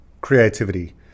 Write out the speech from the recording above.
Creativity